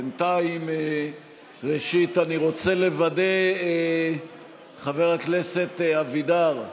בינתיים, ראשית אני רוצה לוודא, חבר הכנסת אבידר,